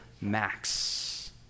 max